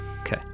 okay